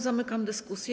Zamykam dyskusję.